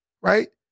right